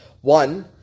one